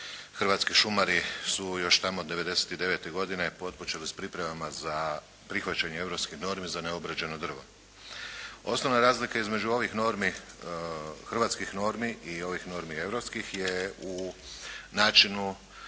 hrvatski šumari su još tamo 1999. godine otpočeli s pripremama za prihvaćanje europskih normi za neobrađeno drvo. Osnovna razlika između ovih normi, hrvatskih normi i ovih normi europskih je u načinu